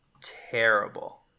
terrible